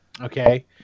okay